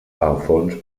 alfons